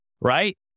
right